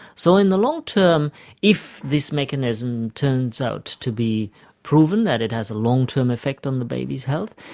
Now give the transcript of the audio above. so in the long term if this mechanism turns out to be proven that it has a long-term effect on the baby's health,